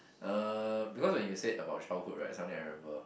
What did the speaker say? uh because when you said about childhood right something I remember